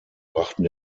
brachten